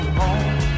home